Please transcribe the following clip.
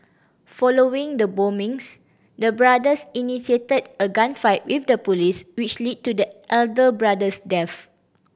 following the bombings the brothers initiated a gunfight with the police which led to the elder brother's death